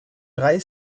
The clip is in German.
drei